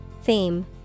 Theme